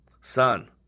Son